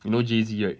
you know jay Z right